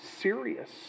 serious